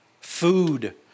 Food